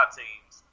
teams